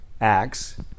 Acts